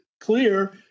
clear